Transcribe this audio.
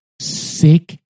sick